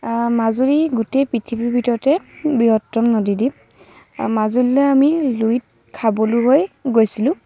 মাজুলী গোটেই পৃথিৱীৰ ভিতৰতে বৃহত্তম নদীদ্বীপ মাজুলীলৈ আমি লুইত খাবলো হৈ গৈছিলোঁ